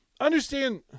understand